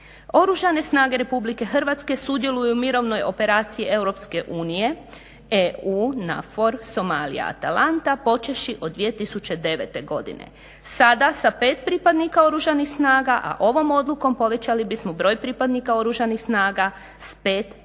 Oružane snage RH sudjeluju u Mirovnoj operaciji EU NAVFOR Somalija-Atalanta počevši od 2009.godine. sada sa pet pripadnika oružanih snaga, a ovom odlukom povećali bismo broj pripadnika oružanih snaga s pet na